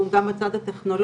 שאסונות הטבע